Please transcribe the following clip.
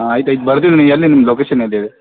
ಆಯ್ತು ಆಯ್ತು ಬರ್ತಿವ್ನಿ ಎಲ್ಲಿ ನಿಮ್ಮ ಲೊಕೇಶನ್ ಎಲ್ಲಿದೆ